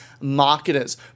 marketers